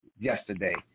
yesterday